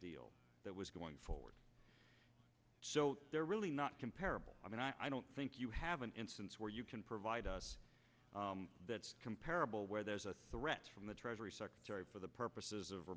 deal that was going forward so they're really not comparable i mean i don't think you have an instance where you can provide us that's comparable where there's a threat from the treasury secretary for the purposes of